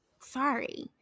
Sorry